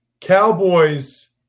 Cowboys